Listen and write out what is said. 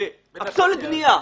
פסולת בנייה.